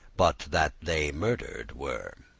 but that they murder'd were.